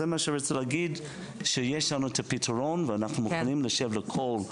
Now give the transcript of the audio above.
בדיון ההמשך אני רוצה לראות או פתרונות או התחלה לפתרונות,